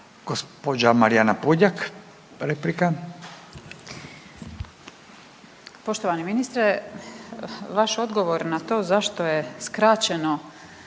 Gospođa Marijana Puljak, replika.